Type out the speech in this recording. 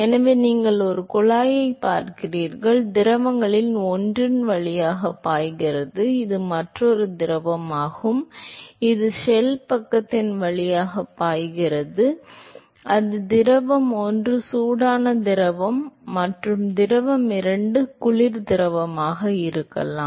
எனவே நீங்கள் ஒரு குழாயைப் பார்க்கிறீர்கள் திரவங்களில் ஒன்று குழாய் வழியாக பாய்கிறது இது மற்றொரு திரவமாகும் இது ஷெல் பக்கத்தின் வழியாக பாய்கிறது அது திரவம் ஒன்று சூடான திரவம் மற்றும் திரவம் இரண்டு குளிர் திரவமாக இருக்கலாம்